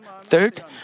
third